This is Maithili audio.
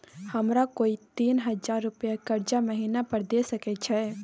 हमरा कोय तीन हजार रुपिया कर्जा महिना पर द सके छै?